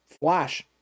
flash